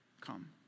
come